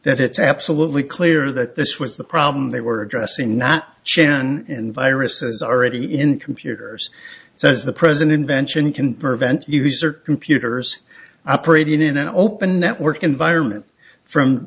that it's absolutely clear that this was the problem they were addressing not chan and viruses already in computers so as the present invention can prevent user computers operating in an open network environment from